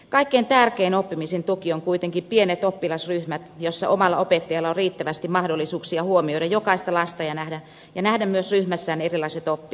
kaikkein tärkein oppimisen tuki on kuitenkin pienet oppilasryhmät joissa omalla opettajalla on riittävästi mahdollisuuksia huomioida jokaista lasta ja nähdä myös ryhmässään erilaiset oppijat